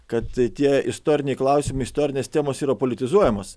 kad tie istoriniai klausimai istorinės temos yra politizuojamos